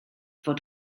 fod